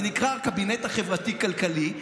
זה נקרא הקבינט החברתי-כלכלי,